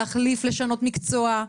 להחליף ולשנות מקצוע.